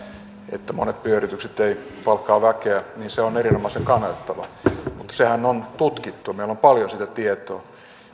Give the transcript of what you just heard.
että monet pienyritykset eivät palkkaa väkeä on erinomaisen kannatettava mutta sehän on tutkittu meillä on paljon siitä tietoa